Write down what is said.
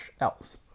else